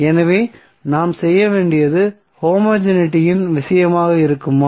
எனவே நாம் செய்ய வேண்டியது ஹோமோஜெனிட்டின் விஷயமாக இருக்குமா